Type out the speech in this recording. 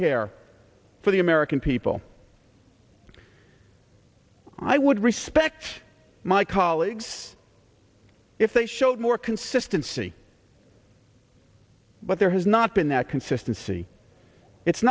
care for the american people i would respect my colleagues if they showed more consistency but there has not been that consistency it's